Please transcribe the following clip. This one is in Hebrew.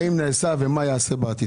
האם זה נעשה, ומה ייעשה בעתיד?